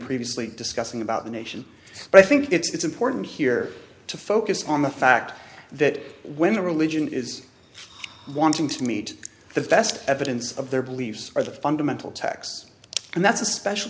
previously discussing about the nation but i think it's important here to focus on the fact that when the religion is wanting to meet the best evidence of their beliefs or the fundamental tax and that's especial